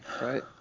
right